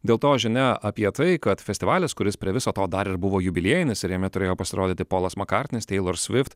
dėl to žinia apie tai kad festivalis kuris prie viso to dar ir buvo jubiliejinis ir jame turėjo pasirodyti polas makartnis taylor swift